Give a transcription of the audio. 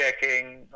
checking